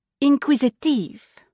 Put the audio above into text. inquisitive